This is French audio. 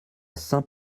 saint